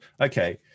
okay